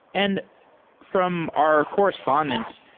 and from our correspondence,